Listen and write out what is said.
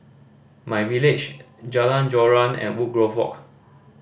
MyVillage Jalan Joran and Woodgrove Walk